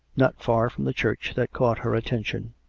not far from the church, that caught her atten tion.